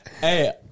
hey